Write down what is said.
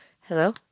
Hello